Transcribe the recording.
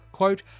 Quote